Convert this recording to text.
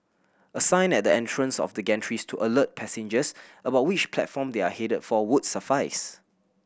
a sign at the entrance of the gantries to alert passengers about which platform they are headed for would suffice